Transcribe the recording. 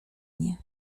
nie